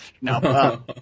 No